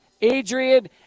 Adrian